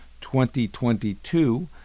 2022